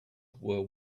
were